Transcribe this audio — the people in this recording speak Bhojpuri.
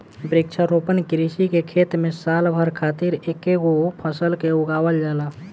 वृक्षारोपण कृषि के खेत में साल भर खातिर एकेगो फसल के उगावल जाला